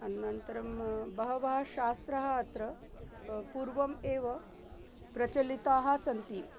अनन्तरं बहवः शास्त्राणि अत्र पूर्वम् एव प्रचलिताः सन्ति